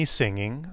singing